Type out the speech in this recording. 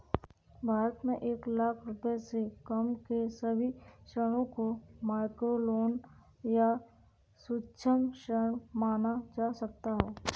भारत में एक लाख रुपए से कम के सभी ऋणों को माइक्रोलोन या सूक्ष्म ऋण माना जा सकता है